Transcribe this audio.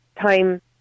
time